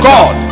God